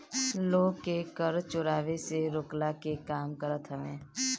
लोग के कर चोरावे से रोकला के काम करत हवे